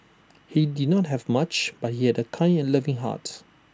he did not have much but he had A kind and loving heart